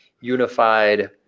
unified